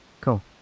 Cool